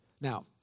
Now